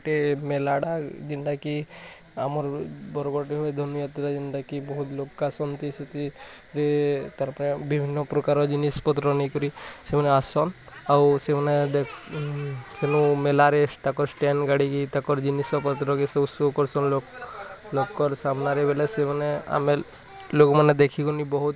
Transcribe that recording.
ଗୋଟେ ମେଲାଡ଼ା ଯେନ୍ତା କି ଆମର ବରଗଡ଼ରେ ହୁଏ ଧନୁଯାତ୍ରା ଯେନ୍ତା କି ବହୁତ ଲୋକ ଆସନ୍ତି ସେଥିରେ ତା'ପରେ ବିଭିନ୍ନ ପ୍ରକାର ଜିନିଷ୍ ପତ୍ର ନେଇ କିରି ସେମାନେ ଆସନ୍ ଆଉ ସେମାନେ ତେଣୁ ମେଲାରେ ତାଙ୍କ ଷ୍ଟେନ୍ ଗାଡ଼ି ତାଙ୍କର ଜିନିଷ ପତ୍ର କେ ସୋ କରୁଛନ୍ ଲୋକ ଲୋକର ସାମ୍ନାରେ ଗଲେ ସେମାନେ ଆମେ ଲୋକମାନେ ଦେଖି କିନି ବହୁତ